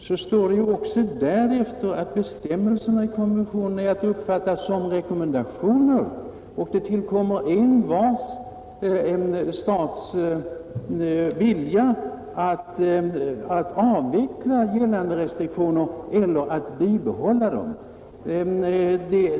Därefter sägs det att bestämmelserna i konventionen är att uppfatta som rekommendationer och att det står varje stat fritt att avveckla gällande restriktioner eller bibehålla dem.